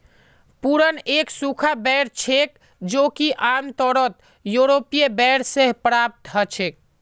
prune एक सूखा बेर छेक जो कि आमतौरत यूरोपीय बेर से प्राप्त हछेक